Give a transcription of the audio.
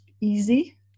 easy